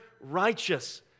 righteous